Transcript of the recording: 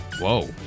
Whoa